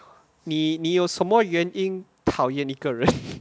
你你有什么原因讨厌一个人